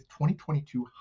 2022